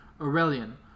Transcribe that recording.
Aurelian